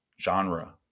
genre